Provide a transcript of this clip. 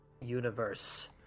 universe